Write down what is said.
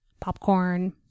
popcorn